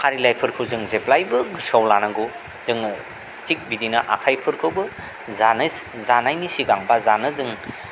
फारिलाइफोरखौ जों जेब्लायबो गोसोआव लानांगौ जोङो थिग बिदिनो आखाइफोरखौबो जानो जानायनि सिगां एबा जानो जों